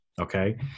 Okay